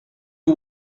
for